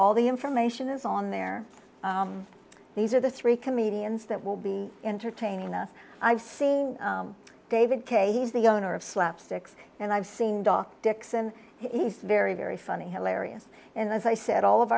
all the information is on there these are the three comedians that will be entertaining us i've seen david kay he's the owner of slap sticks and i've seen doc dixon he's very very funny hilarious and as i said all of